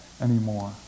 anymore